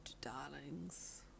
darlings